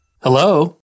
Hello